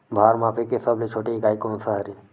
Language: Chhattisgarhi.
भार मापे के सबले छोटे इकाई कोन सा हरे?